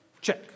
Check